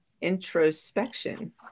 Introspection